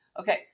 Okay